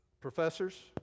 professors